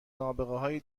نابغههای